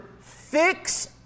fix